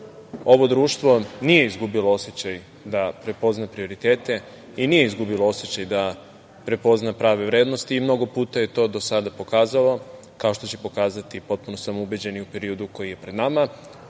ovo društvo nije izgubilo osećaj da prepozna prioritete i nije izgubilo osećaj da prepozna prave vrednosti. Mnogo puta je to do sada pokazalo, kao što će pokazati, potpuno sam ubeđen, i u periodu koji je pred nama,